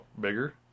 bigger